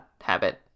habit